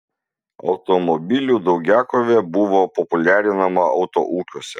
automobilių daugiakovė buvo populiarinama autoūkiuose